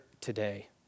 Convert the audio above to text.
today